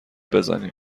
بزنیم